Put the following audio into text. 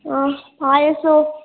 ആ പായസമോ